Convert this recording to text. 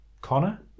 Connor